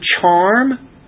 charm